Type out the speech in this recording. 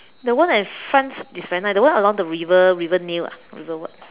the one in France is very nice the one along the river river nill ah river what